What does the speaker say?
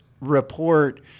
report